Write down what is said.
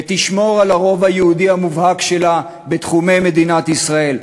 ותשמור על הרוב היהודי המובהק שלה בתחומי מדינת ישראל,